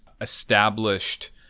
established